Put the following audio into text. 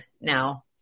now